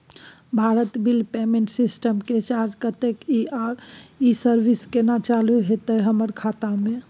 Bharat bill payment system के charge कत्ते इ आ इ सर्विस केना चालू होतै हमर खाता म?